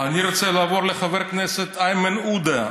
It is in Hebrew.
אני רוצה לעבור לחבר הכנסת איימן עודה.